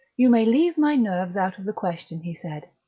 you may leave my nerves out of the question, he said.